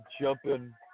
jumping